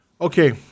Okay